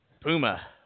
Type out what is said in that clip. Puma